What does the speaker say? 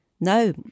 No